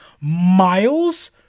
miles